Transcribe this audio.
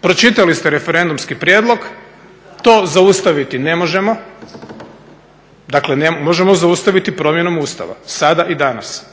Pročitali ste referendumski prijedlog, to zaustaviti ne možemo, dakle možemo zaustaviti promjenom Ustava, sada i danas.